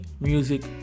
music